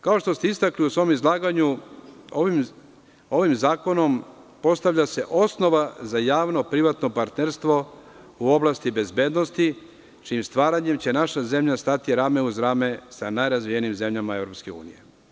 Kao što ste istakli u svom izlaganju, ovim zakonom se postavlja osnova za javno privatno partnerstvo u oblasti bezbednosti čijim stvaranjem će naša zemlja stati rame uz rame sa najrazvijenijim zemljama EU.